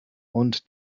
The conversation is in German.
und